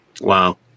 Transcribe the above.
Wow